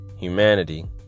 humanity